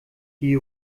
die